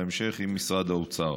בהמשך עם משרד האוצר.